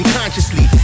consciously